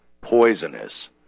poisonous